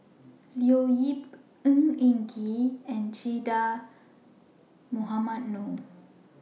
Leo Yip Ng Eng Kee and Che Dah Mohamed Noor